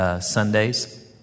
Sundays